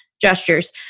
Gestures